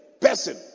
person